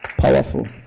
powerful